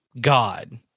God